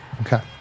Okay